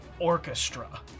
orchestra